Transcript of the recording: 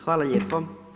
Hvala lijepo.